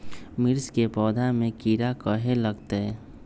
मिर्च के पौधा में किरा कहे लगतहै?